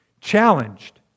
challenged